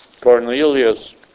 Cornelius